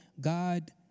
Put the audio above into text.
God